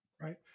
Right